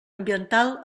ambiental